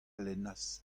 lennas